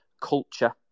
culture